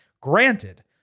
Granted